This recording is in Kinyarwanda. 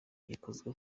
gikozwe